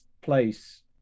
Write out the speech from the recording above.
place